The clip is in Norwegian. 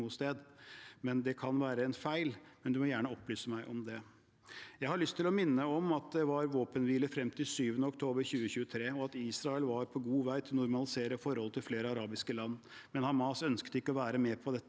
det kan være en feil, du må gjerne opplyse meg om det. Jeg har lyst til å minne om at det var våpenhvile frem til 7. oktober 2023. Og at Israel var på god vei til å normalisere forholdet til flere arabiske land. Men Hamas ønsket ikke å være en del av dette.